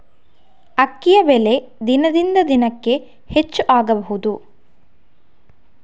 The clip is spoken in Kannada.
ಅಕ್ಕಿಯ ಬೆಲೆ ದಿನದಿಂದ ದಿನಕೆ ಹೆಚ್ಚು ಆಗಬಹುದು?